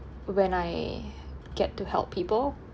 when I get to help people